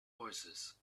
voicesand